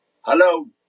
hello